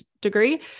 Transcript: degree